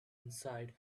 inside